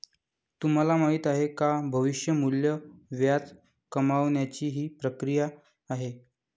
तुम्हाला माहिती आहे का? भविष्य मूल्य व्याज कमावण्याची ची प्रक्रिया आहे